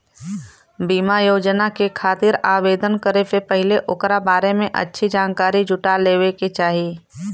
बीमा योजना के खातिर आवेदन करे से पहिले ओकरा बारें में अच्छी जानकारी जुटा लेवे क चाही